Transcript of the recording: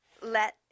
let